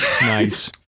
Nice